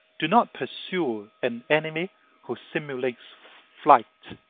do not pursue an enemy who simulates flight